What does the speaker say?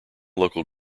local